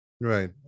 Right